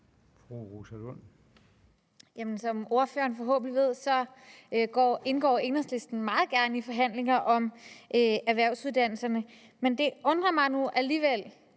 Som ordføreren forhåbentlig ved, indgår Enhedslisten meget gerne i forhandlinger om erhvervsuddannelserne. Men det undrer mig nu alligevel,